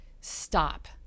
stop